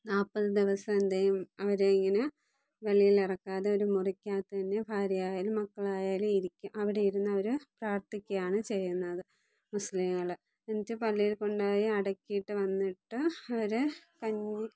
നാൽപ്പത് ദിവസം എന്തെയ്യും അവരെ ഇങ്ങനെ വെളിയിൽ ഇറക്കാതെ ഒരു മുറിക്കകത്ത് തന്നെ ഭാര്യയയായാലും മക്കളായാലും ഇരിക്കും അവിടെ ഇരുന്ന് അവർ പ്രാർത്ഥിക്കയാണ് ചെയ്യുന്നത് മുസ്ലീങ്ങൾ എന്നിട്ട് പള്ളിയിൽ കൊണ്ടുപോയി അടക്കിയിട്ട് വന്നിട്ട് അവർ കഞ്ഞി